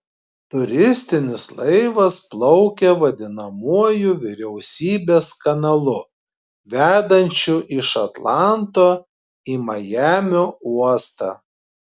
turistinis laivas plaukė vadinamuoju vyriausybės kanalu vedančiu iš atlanto į majamio uostą